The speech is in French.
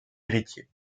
héritier